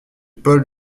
paul